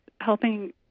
helping